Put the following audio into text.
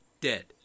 dead